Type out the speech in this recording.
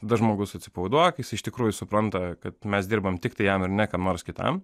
tada žmogus atsipalaiduoja kai jis iš tikrųjų supranta kad mes dirbame tiktai jam ir ne kam nors kitam